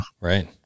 Right